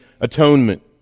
atonement